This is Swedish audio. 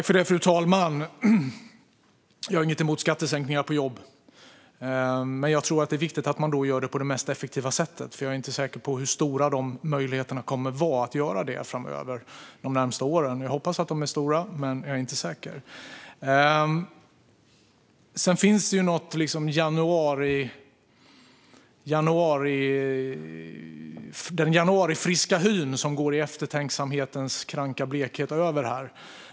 Fru talman! Jag har inget emot skattesänkningar på jobb. Men då tror jag att det är viktigt att göra det på det mest effektiva sättet. Jag är inte säker på hur stora möjligheterna för det kommer att vara de närmaste åren. Jag hoppas att de kommer att vara stora, men jag är inte säker. Det finns en sorts januarifrisk hy som går över i eftertänksamhetens kranka blekhet.